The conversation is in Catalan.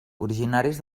originaris